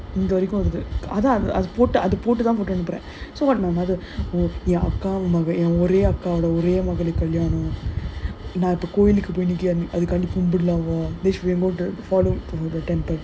இங்க வரைக்கும் வருது:inga varaikum varuthu so what my mother oh அக்கா மகள் ஒரே மகளுக்கு கல்யாணம்:akka magal orae magaluku kalyaanam then she remove the follow her to the temple